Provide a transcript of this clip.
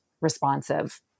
responsive